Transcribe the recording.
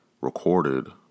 recorded